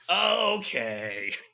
Okay